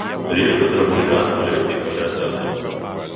ryškūs drabužių atspalviai tinka drąsiosioms